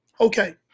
okay